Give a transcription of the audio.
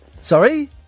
Sorry